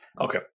Okay